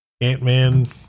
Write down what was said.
ant-man